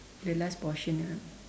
the last portion ah